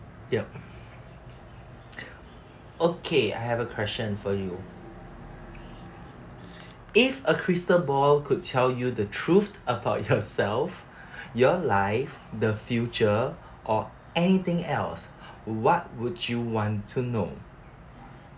yup okay I have a question for you if a crystal ball could tell you the truth about yourself your life the future or anything else what would you want to know